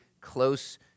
close